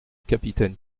capitaine